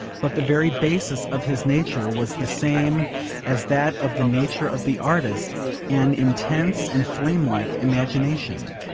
but the very basis of his nature was the same as that of the nature of the artist an intense and flamelike imagination.